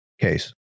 case